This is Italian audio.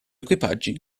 equipaggi